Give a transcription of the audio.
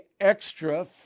extra